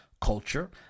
culture